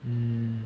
mm